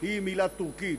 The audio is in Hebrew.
היא מילה טורקית.